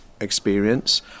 experience